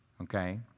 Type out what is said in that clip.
okay